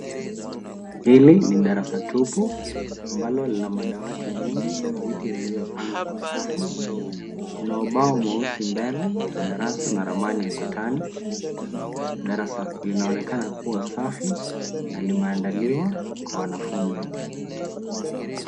Hili ni darasa tupu ambalo lina madawati mengi na viti vilivyopangwa kwa safu. Kuna ubao mweusi mbele ya darasa na ramani ukutani. Darasa linaonekana kuwa safi na limeandaliwa kwa wanafunzi.